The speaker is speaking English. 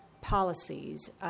policies